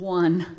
one